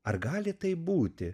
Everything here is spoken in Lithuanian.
ar gali taip būti